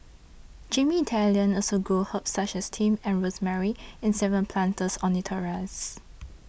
Jamie's Italian also grows herbs such as thyme and rosemary in seven planters on its terrace